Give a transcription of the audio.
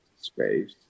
space